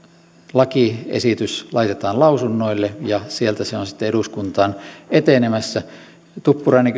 lakiesitys laitetaan lausunnoille ja sieltä se on sitten eduskuntaan etenemässä tuppurainen